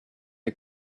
are